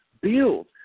Build